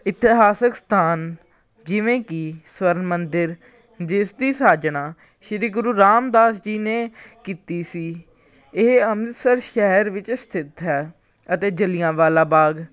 ਇਤਿਹਾਸਿਕ ਸਥਾਨ ਜਿਵੇਂ ਕਿ ਸਵਰਨ ਮੰਦਰ ਜਿਸ ਦੀ ਸਾਜਣਾ ਸ਼੍ਰੀ ਗੁਰੂ ਰਾਮਦਾਸ ਜੀ ਨੇ ਕੀਤੀ ਸੀ ਇਹ ਅੰਮ੍ਰਿਤਸਰ ਸ਼ਹਿਰ ਵਿੱਚ ਸਥਿਤ ਹੈ ਅਤੇ ਜਲ੍ਹਿਆਂਵਾਲਾ ਬਾਗ